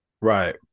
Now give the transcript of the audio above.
Right